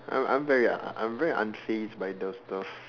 I'm I'm very I'm very unfazed by those stuff